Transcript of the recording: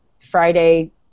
Friday